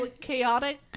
chaotic